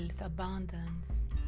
abundance